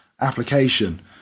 application